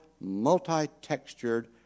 multi-textured